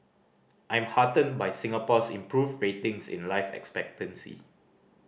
I'm heartened by Singapore's improved ratings in life expectancy